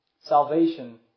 Salvation